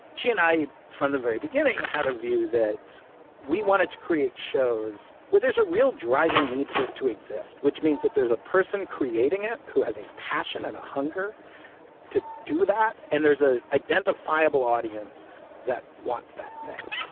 she and i from the very beginning had a view that we wanted to create shows where there's a real driving need for it to exist, which means that there's a person creating it who has a passion and a hunger to do that and there's a identifiable audience that wants that thing.